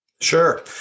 Sure